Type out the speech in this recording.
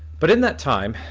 but in that time,